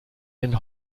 den